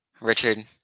Richard